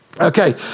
Okay